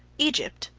egypt,